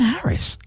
Harris